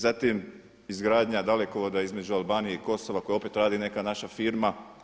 Zatim, izgradnja dalekovoda između Albanije i Kosova kojeg opet radi neka naša firma.